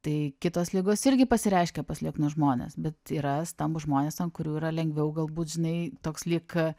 tai kitos ligos irgi pasireiškia pas lieknus žmones bet yra stambūs žmonės ant kurių yra lengviau galbūt žinai toks lyg